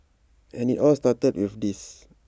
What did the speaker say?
and IT all started with this